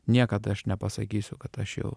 niekad aš nepasakysiu kad aš jau